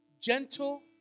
gentle